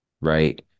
Right